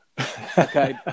Okay